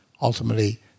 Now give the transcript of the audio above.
ultimately